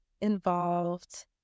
involved